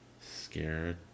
Scared